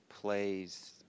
plays